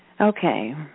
Okay